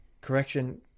correction